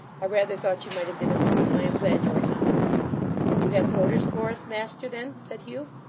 i rather thought you might have been among them. i am glad you are not you have orders for us, master, then said hugh.